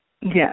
Yes